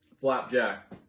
flapjack